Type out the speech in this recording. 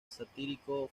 satírico